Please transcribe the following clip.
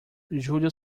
julho